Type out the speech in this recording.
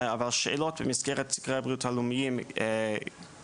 אבל שאלות במסגרת סקרי הבריאות הלאומיים כן